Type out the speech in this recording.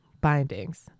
bindings